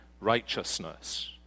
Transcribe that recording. righteousness